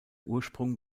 ursprung